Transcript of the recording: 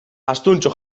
astuntxo